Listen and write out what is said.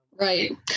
Right